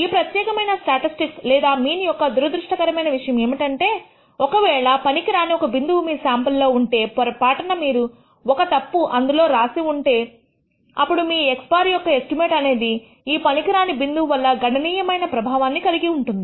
ఈ ప్రత్యేకమైన స్టాటిస్టిక్స్ లేదా మీన్ యొక్క దురదృష్టకరమైన విషయం ఏమిటంటే ఒకవేళ పనికిరాని ఒక బిందువు మీ శాంపుల్ లో ఉంటే పొరపాటున మీరు ఒక తప్పును అందులో రాసి ఉంటే అప్పుడు మీ x̅ యొక్క ఎస్టిమేట్ అనేది ఈ పనికిరాని బిందువు వల్ల గణనీయమైన ప్రభావాన్ని కలిగి ఉంటుంది